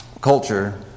culture